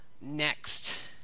Next